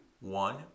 one